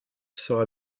sera